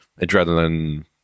adrenaline